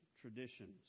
traditions